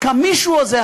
כמישהו הזה,